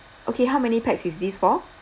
okay how many pax is this for